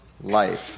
life